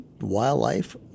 wildlife